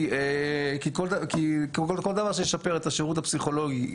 כי כל דבר שישפר את השירות הפסיכולוגי